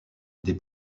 des